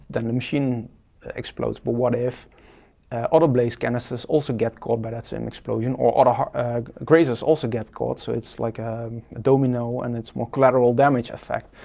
then the machine explodes. but what if auto-blaze canisters also get caught by that same explosion, or or and grazers also get caught, so it's like a domino and it's more collateral damage effect.